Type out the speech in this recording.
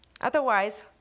Otherwise